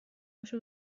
هاشو